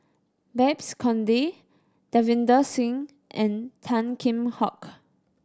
Babes Conde Davinder Singh and Tan Kheam Hock